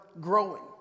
growing